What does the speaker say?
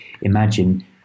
imagine